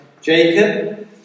Jacob